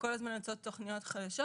וכל הזמן יוצאות תוכניות חדשות.